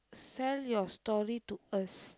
sell your story to us